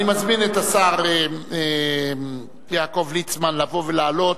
אני מזמין את השר יעקב ליצמן לבוא ולעלות.